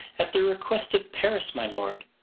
at the request of paris my lord,